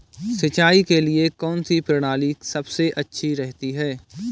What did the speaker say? सिंचाई के लिए कौनसी प्रणाली सबसे अच्छी रहती है?